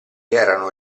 erano